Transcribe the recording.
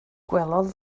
gwelodd